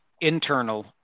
internal